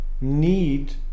need